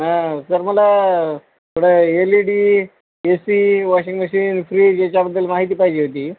हा सर मला थोडं L E D A C washing machine fridge याच्याबद्दल माहिती पाहिजे होती